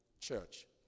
church